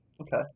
okay